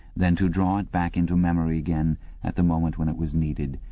then to draw it back into memory again at the moment when it was needed,